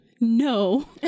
No